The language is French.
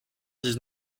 dix